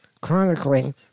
chronicling